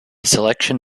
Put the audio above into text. selection